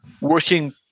Working